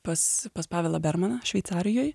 pas pas pavelą bermaną šveicarijoj